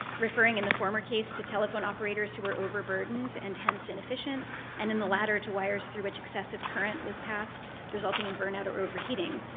referring in the former case to telephone operators who were overburdened and hence inefficient, and in the latter to wires through which excessive current was passed, resulting in burnout or overheating.